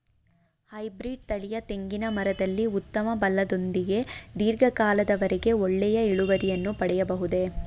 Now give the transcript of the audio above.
Hybrid ತಳಿಯ ತೆಂಗಿನ ಮರದಲ್ಲಿ ಉತ್ತಮ ಫಲದೊಂದಿಗೆ ಧೀರ್ಘ ಕಾಲದ ವರೆಗೆ ಒಳ್ಳೆಯ ಇಳುವರಿಯನ್ನು ಪಡೆಯಬಹುದೇ?